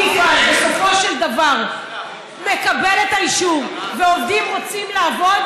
אם מפעל בסופו של דבר מקבל את האישור ועובדים רוצים לעבוד,